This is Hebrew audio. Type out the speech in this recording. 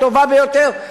הטובה ביותר,